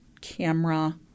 camera